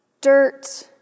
dirt